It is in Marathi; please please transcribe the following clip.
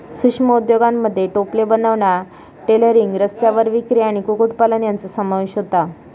सूक्ष्म उद्योगांमध्ये टोपले बनवणा, टेलरिंग, रस्त्यावर विक्री आणि कुक्कुटपालन यांचो समावेश होता